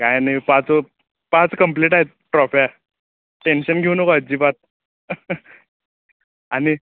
काय नाही पाच पाच कम्प्लीट आहेत ट्राॅफ्या टेन्शन घेऊन नको अजिबात आणि